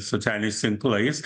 socialiniais tinklais